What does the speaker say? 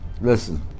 listen